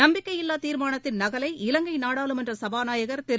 நம்பிக்கையில்வா தீர்மானத்தின் நக்லை இலங்கை நாடாளுமன்ற சபாநாயகர் திரு